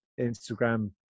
instagram